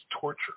torture